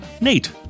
Nate